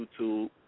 YouTube